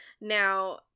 Now